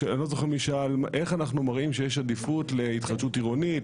לא זוכר מי שאל איך אנחנו מראים שיש עדיפות להתחדשות עירונית,